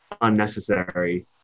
unnecessary